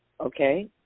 Okay